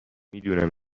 میدونم